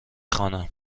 خوانم